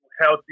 Healthy